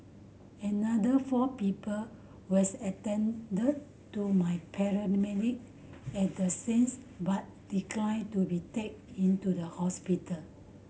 another four people was attended to my paramedic at the scenes but declined to be take into the hospital